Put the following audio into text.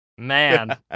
Man